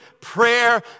prayer